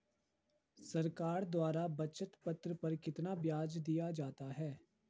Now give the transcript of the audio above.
सरकार द्वारा बचत पत्र पर कितना ब्याज दिया जाता है?